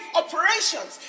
operations